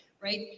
right